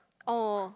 oh